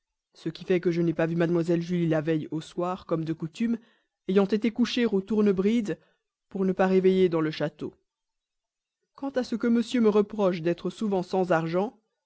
ce qui fait que je n'ai pas vu mlle julie la veille au soir comme de coutume ayant été coucher au tournebride pour ne pas réveiller dans le château quant à ce que monsieur me reproche d'être souvent sans argent